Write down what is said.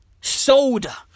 Soda